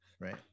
Right